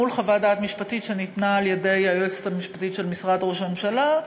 מול חוות דעת משפטית שניתנה על-ידי היועצת המשפטית של משרד ראש הממשלה,